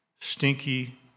stinky